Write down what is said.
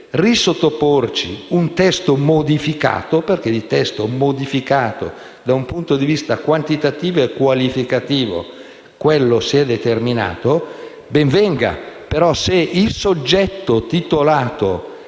risottoporci un testo modificato, perché il testo è modificato da un punto di vista quantitativo e qualificativo, ben venga, però, se il soggetto titolato,